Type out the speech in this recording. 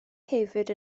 hefyd